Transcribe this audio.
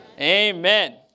Amen